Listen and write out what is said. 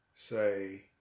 Say